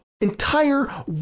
entire